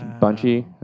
bunchy